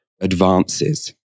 advances